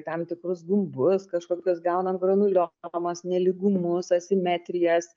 tam tikrus gumbus kažkokius gaunam granuliomas nelygumus asimetrijas